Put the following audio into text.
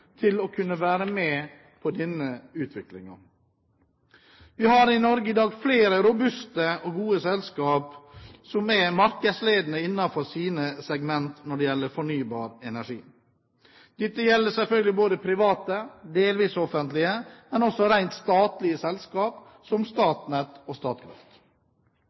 til å kunne være med på denne utviklingen. Vi har i Norge i dag flere robuste og gode selskaper som er markedsledende innen sine segment når det gjelder fornybar energi. Dette gjelder selvfølgelig private og delvis offentlige, men også rent statlige selskaper, som Statnett og Statkraft.